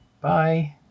Bye